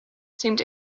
seemed